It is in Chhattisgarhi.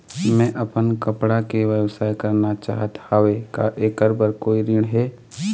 मैं अपन कपड़ा के व्यवसाय करना चाहत हावे का ऐकर बर कोई ऋण हे?